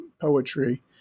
poetry